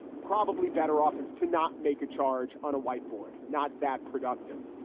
probably better off is to not make a charge on a whiteboard. not that productive.